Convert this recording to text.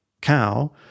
cow